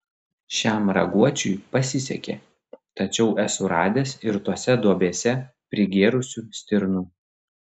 šiam raguočiui pasisekė tačiau esu radęs ir tose duobėse prigėrusių stirnų